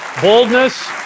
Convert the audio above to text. boldness